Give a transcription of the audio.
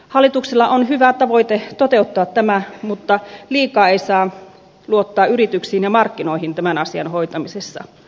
hallituksella on hyvä tavoite toteuttaa tämä mutta liikaa ei saa luottaa yrityksiin ja markkinoihin tämän asian hoitamisessa